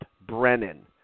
Brennan